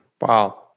Wow